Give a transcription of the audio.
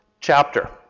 chapter